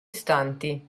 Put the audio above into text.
istanti